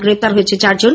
গ্রেপ্তার হয়েছে চারজন